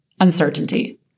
uncertainty